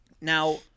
Now